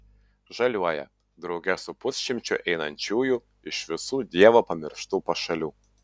žaliuoja drauge su pusšimčiu einančiųjų iš visų dievo pamirštų pašalių